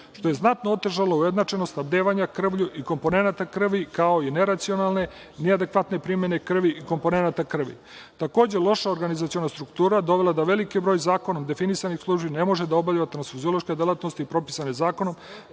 što je znatno otežalo ujednačenost snabdevanje krvlju i komponenata krvlju, kao i neracionalne, neadekvatne primene krvi i komponenata krvi. Takođe, loša organizaciona struktura dovela je do velikog broja zakonom definisanih službi u kojima ne može da se obavlja tranfuziloška delatnost propisana zakonom,